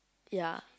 ya